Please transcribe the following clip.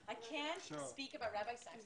אבל אני רוצה להקריא את המילים שלו